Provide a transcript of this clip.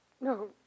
No